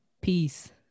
Peace